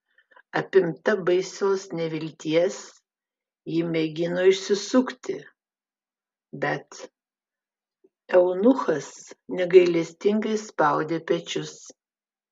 apimta baisios nevilties ji mėgino išsisukti bet eunuchas negailestingai spaudė pečius